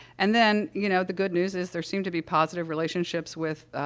and then, you know, the good news is, there seem to be positive relationships with,